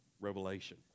revelation